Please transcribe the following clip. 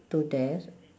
to death